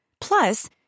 Plus